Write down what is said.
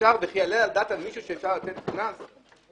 וכי יעלה על דעתו של מישהו שאפשר להטיל קנס במקרה כזה?